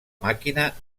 màquina